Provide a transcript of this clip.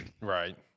Right